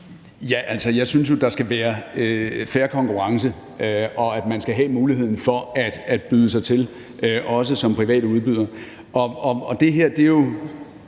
(V): Altså, jeg synes jo, at der skal være fair konkurrence, og at man skal have muligheden for at byde sig til – også som privat udbyder. Det kan lyde meget